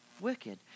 wicked